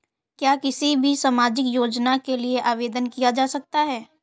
क्या किसी भी सामाजिक योजना के लिए आवेदन किया जा सकता है?